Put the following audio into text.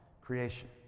creation